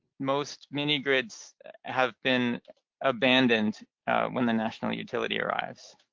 most mini-grids have been abandoned when the national utility arrives.